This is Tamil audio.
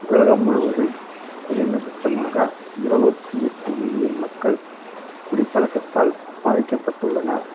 உலகம் முலுவதும் குறைந்தபட்சமாக இரநூற்றி எட்டு மில்லியன் மக்கள் குடிப்பழக்கத்தால் பாதிக்கப்பட்டுள்ளனர்